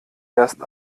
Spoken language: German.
erst